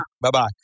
Bye-bye